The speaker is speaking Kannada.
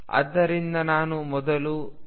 ಆದ್ದರಿಂದ ನಾನು ಮೊದಲು ಸಮ್ಮಿತಿಯನ್ನು ಪರಿಗಣಿಸುತ್ತೇನೆ